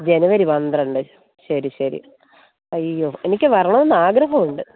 ജനുവരി പന്ത്രണ്ട് ശരി ശരി അയ്യോ എനിക്ക് വരണമെന്ന് ആഗ്രഹമുണ്ട്